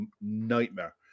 nightmare